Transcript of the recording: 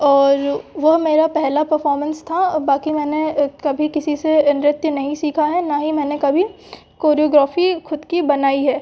और वो मेरा पहला परफोमेंस था और बाकी मैंने कभी किसी से नृत्य नहीं सीखा है और ना ही मैंने कभी कोरियोग्राेफी खुद की बनाई है